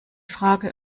frage